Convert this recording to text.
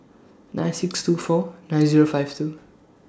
nine six two four nine Zero five two